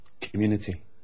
community